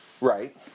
Right